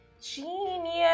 Genius